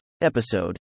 Episode